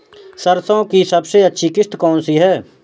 सरसो की सबसे अच्छी किश्त कौन सी है?